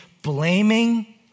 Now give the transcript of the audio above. blaming